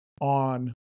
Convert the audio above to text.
on